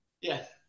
Yes